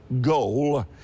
goal